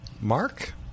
Mark